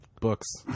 books